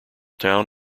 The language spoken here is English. town